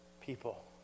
people